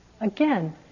Again